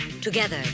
together